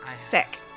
Sick